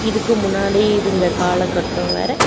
இதுக்கு முன்னாடி இருந்த காலகட்டம் வேறு